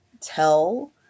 tell